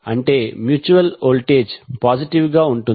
అంటే mutual voltage positive గా ఉంటుంది